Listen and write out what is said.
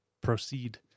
proceed